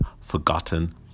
forgotten